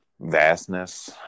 vastness